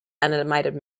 animated